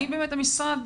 האם המשרד,